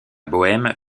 bohême